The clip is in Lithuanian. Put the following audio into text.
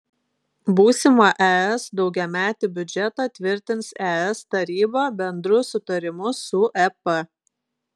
būsimą es daugiametį biudžetą tvirtins es taryba bendru sutarimu su ep